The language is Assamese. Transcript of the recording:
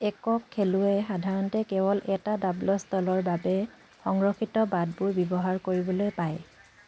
একক খেলুৱৈয়ে সাধাৰণতে কেৱল এটা ডাবলছ দলৰ বাবে সংৰক্ষিত বাটবোৰ ব্যৱহাৰ কৰিবলৈ পায়